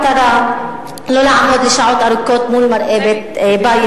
במקרה של סער וסופות רעמים אפשר בבוקר,